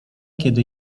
kiedy